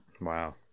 Wow